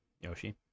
Yoshi